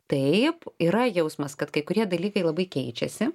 taip yra jausmas kad kai kurie dalykai labai keičiasi